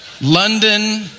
London